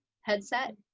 headset